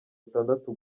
atandatu